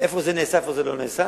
איפה זה נעשה ואיפה זה לא נעשה.